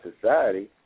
society